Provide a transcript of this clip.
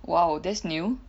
!wow! that's new